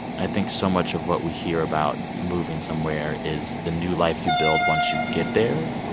i think so much of what we hear about moving somewhere is the new life you build once you get there,